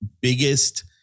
biggest